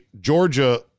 Georgia